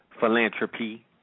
Philanthropy